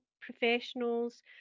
professionals